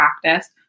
practice